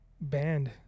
band